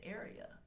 area